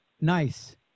nice